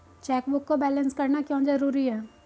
Chequebook को balance करना क्यों जरूरी है?